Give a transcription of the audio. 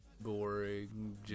boring